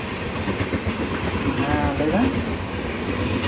ᱦᱮᱸ ᱞᱟᱹᱭᱵᱮᱱ